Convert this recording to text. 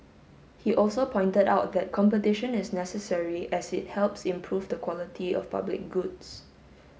he also pointed out that competition is necessary as it helps improve the quality of public goods